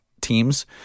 teams